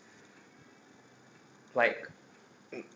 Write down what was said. like